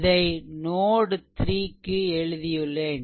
இதை நோட் 3 க்கு எழுதியுள்ளேன்